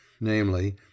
namely